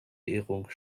ehrung